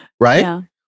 right